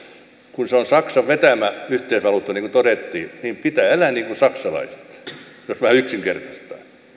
kun se on saksan vetämä yhteisvaluutta niin kuin todettiin niin pitää elää niin kuin saksalaiset jos vähän yksinkertaistaa